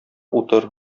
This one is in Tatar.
утыр